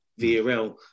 VRL